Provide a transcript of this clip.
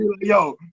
Yo